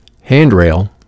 handrail